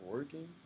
Working